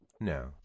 no